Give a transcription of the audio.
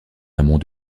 amont